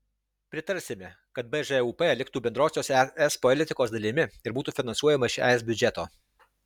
pritarsime kad bžūp liktų bendrosios es politikos dalimi ir būtų finansuojama iš es biudžeto